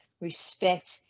respect